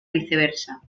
viceversa